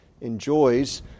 enjoys